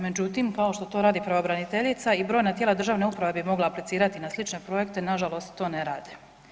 Međutim, kao što to radi pravobraniteljica i brojna tijela državne uprava bi mogla aplicirati na slične projekte, nažalost to ne rade.